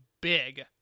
big